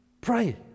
pray